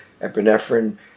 epinephrine